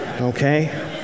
okay